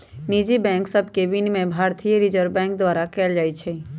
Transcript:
निजी बैंक सभके विनियमन भारतीय रिजर्व बैंक द्वारा कएल जाइ छइ